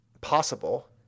possible